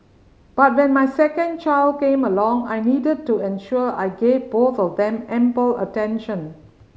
but when my second child came along I needed to ensure I gave both of them ample attention